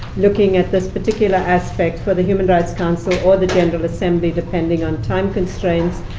looking at this particular aspect for the human rights council, or the general assembly, depending on time constraints.